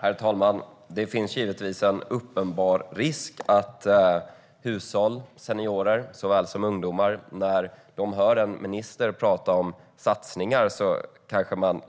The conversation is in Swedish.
Herr talman! När seniorer och ungdomar hör en minister tala om satsningar kan de tro